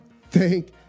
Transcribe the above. thank